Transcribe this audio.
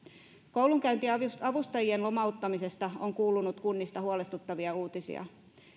koulunkäyntiavustajien lomauttamisesta on kuulunut kunnista huolestuttavia uutisia